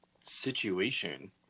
situation